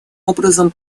образом